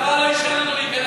הצבא לא אישר לנו להיכנס.